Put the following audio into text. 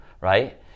right